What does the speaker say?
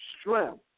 Strength